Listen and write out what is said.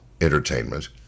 entertainment